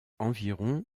environ